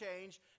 change